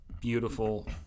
beautiful